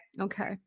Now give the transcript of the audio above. Okay